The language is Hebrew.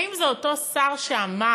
האם זה אותו שר שאמר,